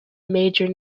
major